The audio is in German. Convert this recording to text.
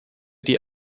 die